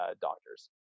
doctors